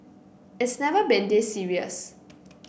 it's never been this serious